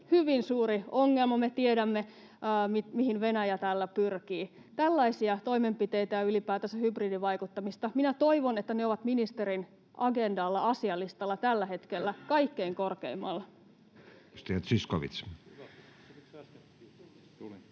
hyvin suuri ongelma. Me tiedämme, mihin Venäjä tällä pyrkii. Tällaiset toimenpiteet ja ylipäätänsä hybridivaikuttaminen — minä toivon, että ne ovat ministerin agendalla, asialistalla, tällä hetkellä kaikkein korkeimmalla. [Speech 57] Speaker: Matti